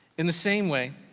in the same way,